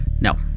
No